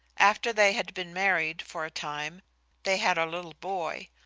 after they had been married for a time they had a little boy.